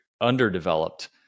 underdeveloped